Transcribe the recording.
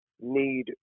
need